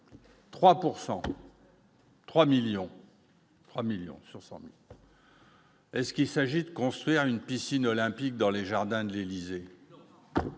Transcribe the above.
3 millions, 3 millions sur 100. Est ce qu'il s'agit de construire une piscine olympique, dans les jardins de l'Élysée,